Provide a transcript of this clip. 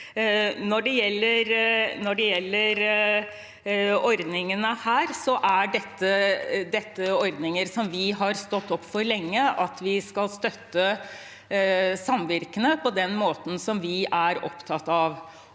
Når det gjelder disse ordningene, er dette ordninger som vi har stått opp for lenge, at vi skal støtte samvirkene på den måten som vi er opptatt av,